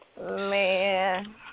Man